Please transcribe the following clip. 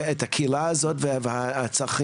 את הקהילה הזאת והצרכים,